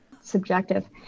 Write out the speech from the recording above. subjective